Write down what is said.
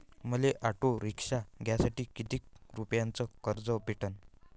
मले auto rickshaw घ्यासाठी कितीक रुपयाच कर्ज भेटनं?